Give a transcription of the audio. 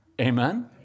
amen